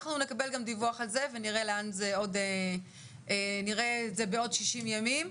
אנחנו נקבל גם דיווח על זה ונראה את זה בעוד 60 ימים.